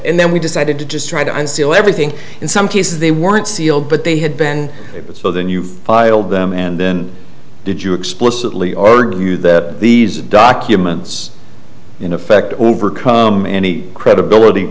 and then we decided to just try to unseal everything in some cases they weren't sealed but they had been so then you filed them and then did you explicitly argue that these documents in effect any credibility